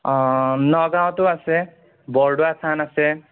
অঁ নগাঁৱতো আছে বৰদোৱা থান আছে